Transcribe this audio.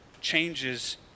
changes